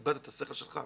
איבדת את השכל שלך?